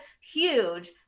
huge